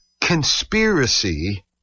conspiracy